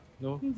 No